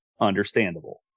Understandable